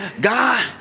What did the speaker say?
God